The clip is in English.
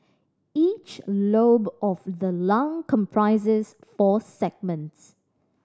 each lobe of the lung comprises four segments